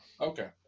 Okay